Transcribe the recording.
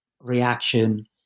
reaction